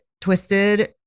twisted